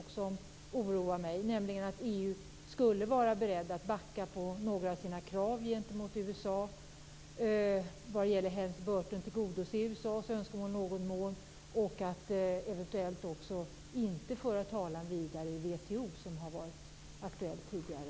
Det oroar mig att EU skulle vara berett att backa på några av sina krav gentemot USA vad gäller Helms Burtonlagen, att man i någon mån skulle tillgodose USA:s önskemål och eventuellt inte föra talan vidare i WTO, som har varit aktuellt tidigare.